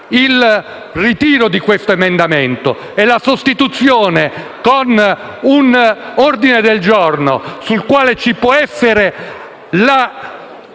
Il ritiro di questo emendamento e la sua sostituzione con un ordine del giorno, sul quale ci può essere la